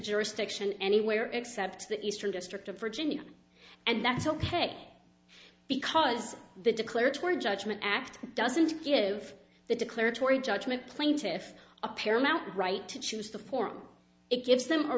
jurisdiction anywhere except the eastern district of virginia and that's ok because the declaratory judgment act doesn't give the declaratory judgment plaintiffs a paramount right to choose the form it gives them a